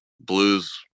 blues –